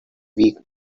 week